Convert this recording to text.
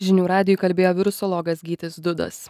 žinių radijui kalbėjo virusologas gytis dudas